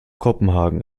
kopenhagen